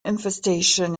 infestation